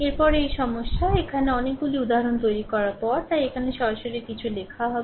এর পরে এই সমস্যা এখানে অনেকগুলি উদাহরণ তৈরি করার পরে তাই এখানে সরাসরি কিছু লেখা হবে